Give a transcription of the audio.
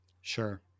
Sure